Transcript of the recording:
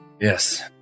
Yes